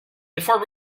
before